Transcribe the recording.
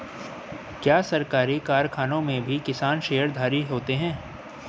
क्या सरकारी कारखानों में भी किसान शेयरधारी होते हैं?